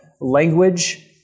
language